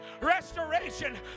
restoration